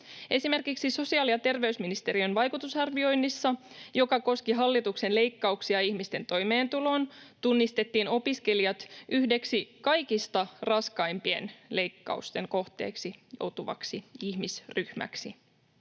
Esimerkiksi sosiaali- ja terveysministeriön vaikutusarvioinnissa, joka koski hallituksen leikkauksia ihmisten toimeentuloon, tunnistettiin opiskelijat yhdeksi kaikista raskaimpien leikkausten kohteeksi joutuvaksi ihmisryhmäksi.